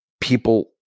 people